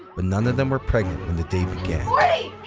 but none of them were pregnant when the day began.